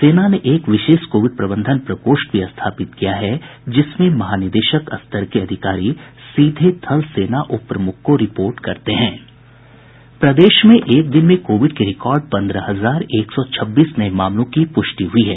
सेना ने एक विशेष कोविड प्रबंधन प्रकोष्ठ भी स्थापित किया है जिसमें महानिदेशक के स्तर के अधिकारी सीधे थल सेना उप प्रमुख को रिपोर्ट करते हैं प्रदेश में एक दिन में कोविड के रिकार्ड पंद्रह हजार एक सौ छब्बीस नये मामलों की पुष्टि हुई है